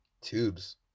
Tubes